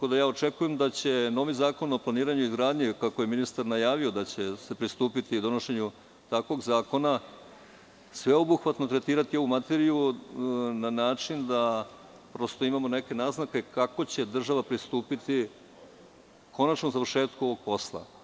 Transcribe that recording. Očekujem da će novi zakon o planiranju i izgradnji, kako je ministar najavio, da će se pristupiti donošenju takvog zakona, sveobuhvatno tretirati ovu materiju na način da prosto imamo neke naznake kako će država pristupiti konačnom završetku posla.